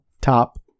top